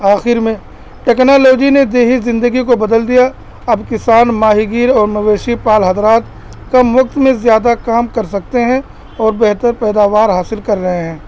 آخر میں ٹیکنالوجی نے دیہی زندگی کو بدل دیا اب کسان ماہی گیر اور مویشی پال حضرات کم وقت میں زیادہ کام کر سکتے ہیں اور بہتر پیداوار حاصل کر رہے ہیں